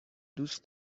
دوست